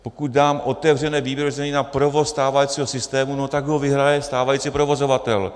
Pokud dám otevřené výběrové řízení na provoz stávajícího systému, tak ho vyhraje stávající provozovatel.